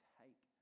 take